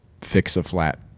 fix-a-flat